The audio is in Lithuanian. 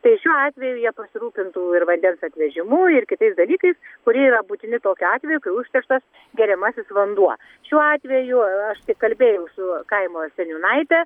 tai šiuo atveju jie pasirūpintų ir vandens atvežimu ir kitais dalykais kurie yra būtini tokiu atveju kai užterštas geriamasis vanduo šiuo atveju aš tik kalbėjau su kaimo seniūnaite